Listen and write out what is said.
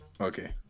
okay